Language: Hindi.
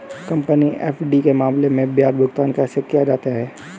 कंपनी एफ.डी के मामले में ब्याज भुगतान कैसे किया जाता है?